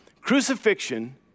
Crucifixion